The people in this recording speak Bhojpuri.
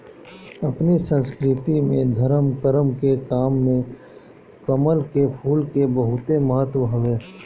अपनी संस्कृति में धरम करम के काम में कमल के फूल के बहुते महत्व हवे